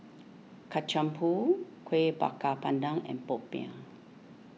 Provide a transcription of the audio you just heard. Kacang Pool Kueh Bakar Pandan and Popiah